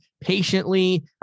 patiently